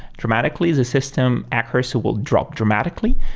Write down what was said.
dramatically, the system accuracy will drop dramatically,